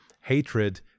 hatred